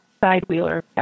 side-wheeler